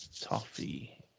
toffee